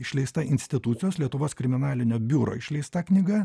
išleista institucijos lietuvos kriminalinio biuro išleista knyga